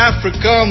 Africa